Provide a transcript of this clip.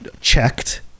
checked